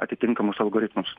atitinkamus algoritmus